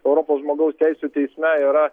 europos žmogaus teisių teisme yra